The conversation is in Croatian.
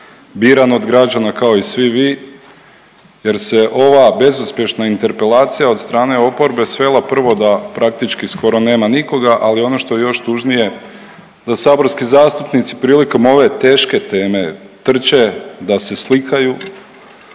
biran od građana kao i svi vi jer se ova bezuspješna interpelacija od strane oporbe svela prvo da praktički skoro nema nikoga, ali ono što je još tužnije da saborski zastupnici prilikom ove teške teme trče da se slikaju,